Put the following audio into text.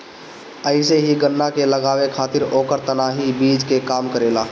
अइसे ही गन्ना के लगावे खातिर ओकर तना ही बीज के काम करेला